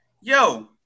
Yo